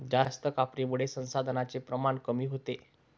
जास्त कापणीमुळे संसाधनांचे प्रमाण कमी होते